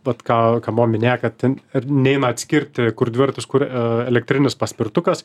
vat ką ką buvom minėję kad ten ir neina atskirti kur dviratis kur ee elektrinis paspirtukas